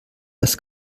das